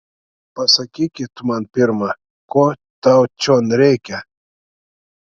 pasakyki tu man pirma ko tau čion reikia